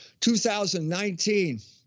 2019